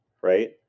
right